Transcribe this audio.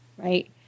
right